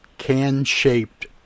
can-shaped